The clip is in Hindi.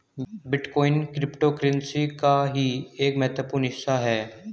बिटकॉइन क्रिप्टोकरेंसी का ही एक महत्वपूर्ण हिस्सा है